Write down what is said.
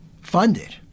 funded